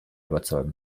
überzeugen